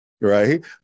right